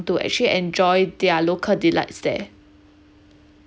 to actually enjoy their local delights there